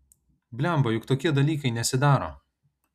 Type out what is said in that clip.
blemba juk tokie dalykai nesidaro